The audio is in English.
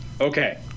Okay